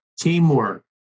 teamwork